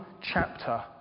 chapter